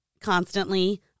constantly